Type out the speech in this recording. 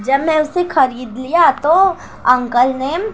جب میں اسے خرید لیا تو انکل نے